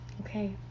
Okay